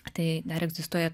tai dar egzistuoja